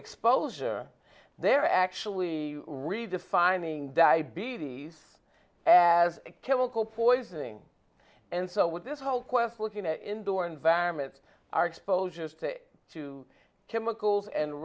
exposure they're actually redefining diabetes as a chemical poisoning and so with this whole quest looking at indoor environments our exposures to chemicals and